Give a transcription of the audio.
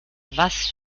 was